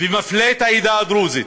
ומפלה את העדה הדרוזית,